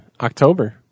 October